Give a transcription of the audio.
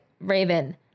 Raven